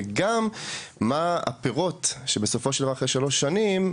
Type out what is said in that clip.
וגם מה הפירות שבסופו של דבר אחרי שלוש שנים,